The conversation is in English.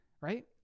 Right